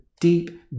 deep